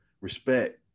respect